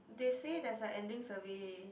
they say there's a ending survey